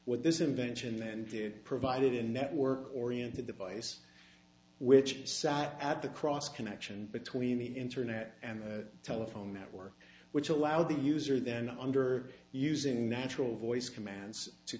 with this invention then did provided a network oriented device which sat at the cross connection between the internet and the telephone network which allowed the user then under using natural voice commands to